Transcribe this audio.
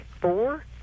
four